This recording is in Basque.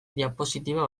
diapositiba